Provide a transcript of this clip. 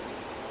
ya